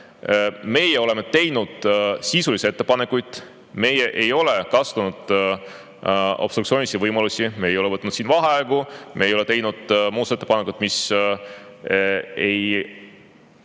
Meie oleme teinud sisulisi ettepanekuid, meie ei ole kasutanud obstruktsiooni võimalusi, me ei ole võtnud siin vaheaegu, me ei ole teinud muudatusettepanekuid, mis ei